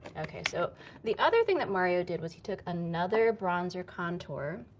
okay, so the other thing that mario did, was he took another bronzer contour,